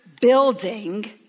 building